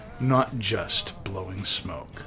notjustblowingsmoke